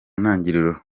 ntangiriro